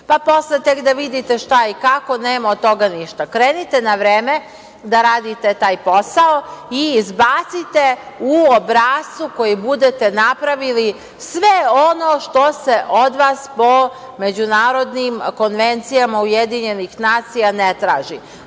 pa posle tek da vidite šta i kako, nema od toga ništa. Krenite na vreme da radite taj posao i izbacite u obrascu koji budete napravili sve ono što se od vas po međunarodnim konvencijama UN ne traži.